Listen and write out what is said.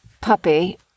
puppy